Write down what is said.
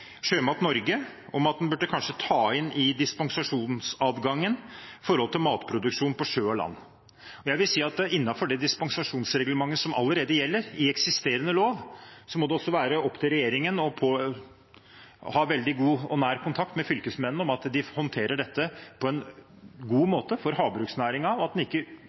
Sjømat Norge om at en kanskje burde ta inn i dispensasjonsadgangen forhold til matproduksjon på sjø og land. Jeg vil si at innenfor det dispensasjonsreglementet som allerede gjelder i eksisterende lov, må det også være opp til regjeringen å ha veldig god og nær kontakt med fylkesmennene om at de håndterer dette på en god måte for havbruksnæringen, og at en ikke